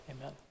Amen